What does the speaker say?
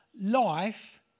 life